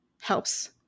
helps